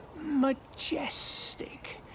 majestic